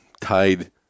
tied